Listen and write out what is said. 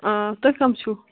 آ تُہۍ کٕم چھُ